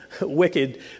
wicked